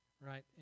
right